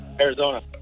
Arizona